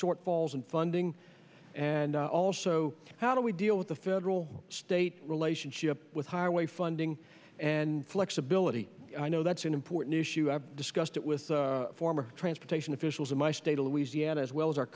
shortfalls in funding and also how do we deal with the federal state relationship with highway funding and flexibility i know that's an important issue i've discussed it with former transportation officials in my state of louisiana as well as our